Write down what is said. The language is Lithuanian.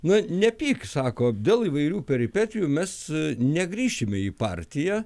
na nepyk sako dėl įvairių peripetijų mes negrįšime į partiją